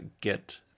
get